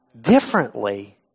differently